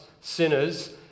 sinners